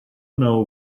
know